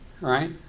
right